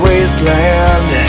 Wasteland